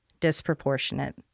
Disproportionate